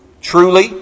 truly